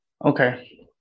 Okay